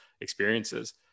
experiences